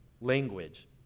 language